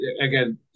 again